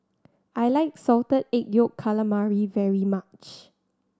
I like Salted Egg Yolk Calamari very much